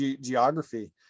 geography